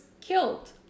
killed